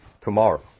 tomorrow